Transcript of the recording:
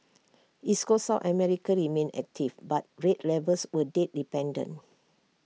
East Coast south America remained active but rate levels were date dependent